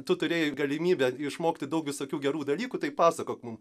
tu turėjai galimybę išmokti daug visokių gerų dalykų tai pasakok mum